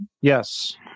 Yes